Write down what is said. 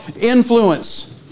influence